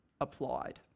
applied